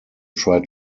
tried